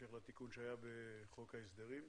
בהמשך לתיקון שהיה בחוק ההסדרים.